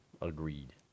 agreed